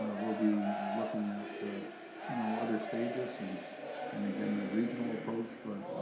will be looking at you know, other stages and and again, that regional approach. but,